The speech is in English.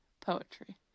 poetry